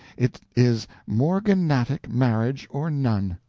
it is morganatic marriage or none.